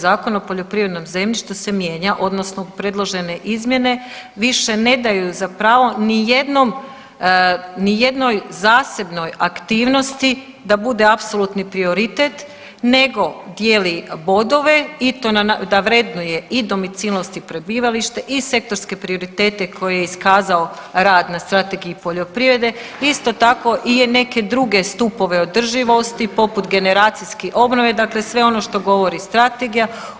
Zakona o poljoprivrednom zemljištu se mijenja odnosno predložene izmjene više ne daju za pravo nijednom, nijednoj zasebnoj aktivnosti da bude apsolutni prioritet nego dijeli bodove i to da vrednuje i domicilnost i prebivalište i sektorske prioritete koje je iskazao rad na Strategiji poljoprivrede, isto tako i neke druge stupove održivosti poput generacijske obnove, dakle sve ono što govori strategija.